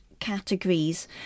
categories